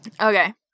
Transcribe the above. Okay